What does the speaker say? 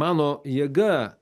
mano jėga